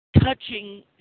touching